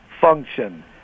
function